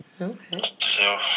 Okay